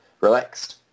relaxed